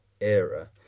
era